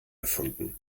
erfunden